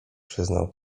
przyznał